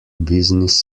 business